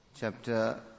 chapter